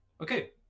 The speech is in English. Okay